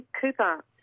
Cooper